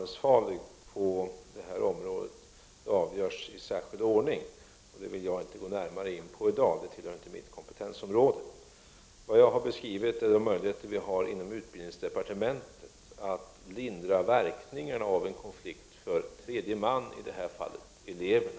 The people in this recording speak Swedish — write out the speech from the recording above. Om konflikten kommer att sträcka sig långt fram i tiden har vi möjligheter att lindra de besvär som kan komma att drabba eleverna, framför allt de elever som skall söka till utbildningar med början efter årsskiftet och som därför är beroende av att få de betyg som behövs för ansökningarna. Detta är vårt kompetensområde.